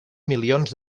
milions